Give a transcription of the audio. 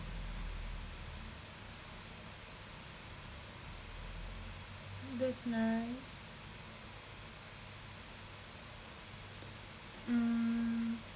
that's nice mm